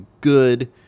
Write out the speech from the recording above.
good